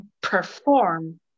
perform